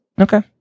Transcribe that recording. Okay